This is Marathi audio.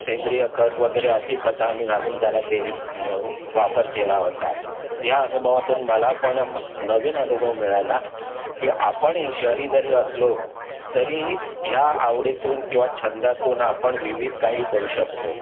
सेंद्रिय खत वगैरे अशी खतं आम्ही घालून त्याला तेही वापर केला होता या अनुभवातून मला पण नवीन अनुभव मिळाला की आपण ही शहरी जरी असलो तरी ह्या आवडीतून किंवा छंदातून आपण विविध काही करू शकतो